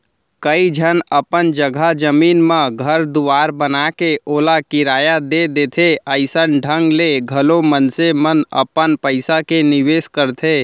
कइ झन अपन जघा जमीन म घर दुवार बनाके ओला किराया दे देथे अइसन ढंग ले घलौ मनसे मन अपन पइसा के निवेस करथे